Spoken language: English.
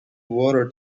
water